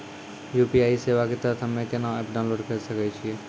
UPI सेवा के तहत हम्मे केना एप्प डाउनलोड करे सकय छियै?